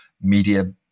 media